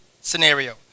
scenario